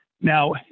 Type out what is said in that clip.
now